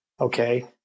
Okay